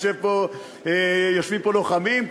יושבים פה לוחמים,